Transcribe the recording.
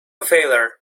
failure